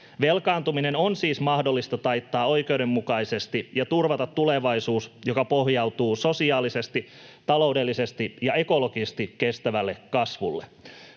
Velkaantuminen on siis mahdollista taittaa oikeudenmukaisesti ja turvata tulevaisuus, joka pohjautuu sosiaalisesti, taloudellisesti ja ekologisesti kestävälle kasvulle.